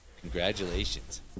Congratulations